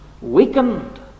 weakened